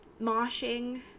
moshing